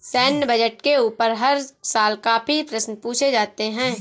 सैन्य बजट के ऊपर हर साल काफी प्रश्न पूछे जाते हैं